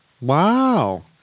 Wow